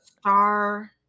Star